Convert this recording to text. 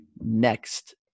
next